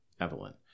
Evelyn